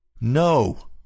no